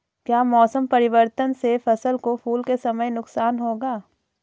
क्या मौसम परिवर्तन से फसल को फूल के समय नुकसान होगा?